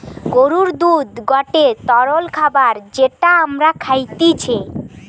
গরুর দুধ গটে তরল খাবার যেটা আমরা খাইতিছে